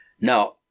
Now